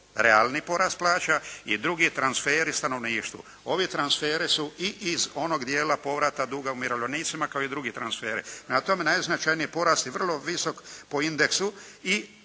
realni porast plaća i drugi transferi stanovništvu. Ovi transferi su i iz onog dijela povrata duga umirovljenicima kao i drugi transferi. Prema tome najznačajniji porast je vrlo visok po indeksu i